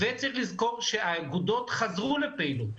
צריך לזכור שהאגודות חזרו לפעילות.